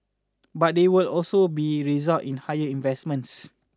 but they will also be result in higher investments